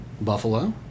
Buffalo